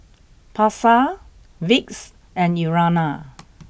Pasar Vicks and Urana